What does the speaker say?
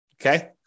Okay